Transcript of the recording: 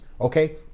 okay